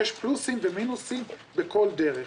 יש פלוסים ומינוסים בכל דרך.